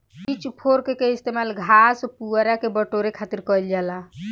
pitch fork के इस्तेमाल घास, पुआरा के बटोरे खातिर कईल जाला